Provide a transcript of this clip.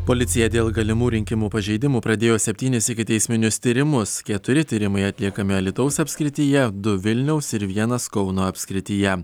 policija dėl galimų rinkimų pažeidimų pradėjo septynis ikiteisminius tyrimus keturi tyrimai atliekami alytaus apskrityje du vilniaus ir vienas kauno apskrityje